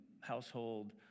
household